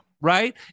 Right